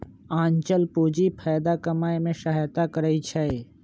आंचल पूंजी फयदा कमाय में सहयता करइ छै